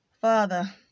Father